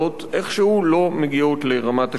איכשהו לא מגיעות לרמת השטח.